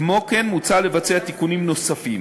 כמו כן, מוצע לבצע תיקונים נוספים.